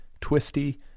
twisty